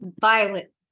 Violet